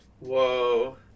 Whoa